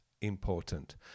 important